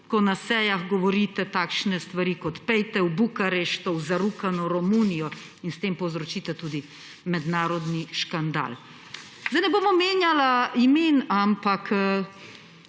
ko na sejah govorite takšne stvari, kot je »pojdite v Bukarešto, v zarukano Romunijo«, in s tem povzročite tudi mednarodni škandal. Ne bom omenjala imen, ampak